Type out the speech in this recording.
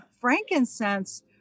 frankincense